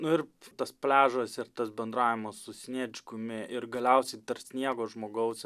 nu ir tas pliažas ir tas bendravimas su sniečkumi ir galiausiai dar sniego žmogaus